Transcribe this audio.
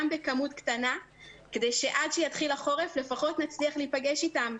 במספר קטן כדי שעד שיתחיל החורף לפחות נצליח להיפגש אתם.